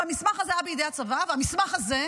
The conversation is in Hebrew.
והמסמך הזה היה בידי הצבא והמסמך הזה,